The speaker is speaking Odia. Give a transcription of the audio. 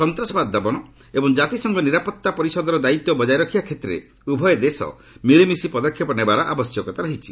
ସନ୍ତାସବାଦ ଦମନ ଏବଂ ଜାତିସଂଘ ନିରାପତ୍ତା ପରିଷଦର ଦାୟିତ୍ୱ ବକାୟ ରଖିବା କ୍ଷେତ୍ରରେ ଉଭୟ ଦେଶ ମିଳିମିଶି ପଦକ୍ଷେପ ନେବାର ଆବଶ୍ୟକତା ରହିଛି